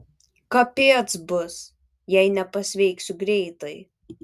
kapėc bus jei nepasveiksiu greitai